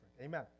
Amen